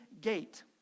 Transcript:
gate